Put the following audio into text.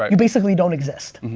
you basically don't exist.